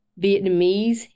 Vietnamese